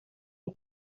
nie